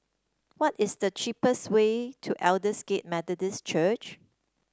what is the cheapest way to Aldersgate Methodist Church